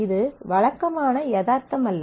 இது வழக்கமான யதார்த்தம் அல்ல